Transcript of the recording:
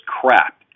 crap